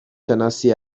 شناسی